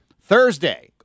Thursday